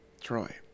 Troy